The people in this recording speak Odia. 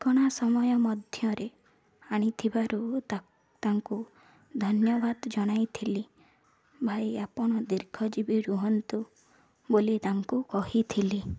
ଠିକଣା ସମୟ ମଧ୍ୟରେ ଆଣିଥିବାରୁ ତାଙ୍କୁ ଧନ୍ୟବାଦ ଜଣାଇଥିଲି ଭାଇ ଆପଣ ଦୀର୍ଘଜୀବୀ ରୁହନ୍ତୁ ବୋଲି ତାଙ୍କୁ କହିଥିଲି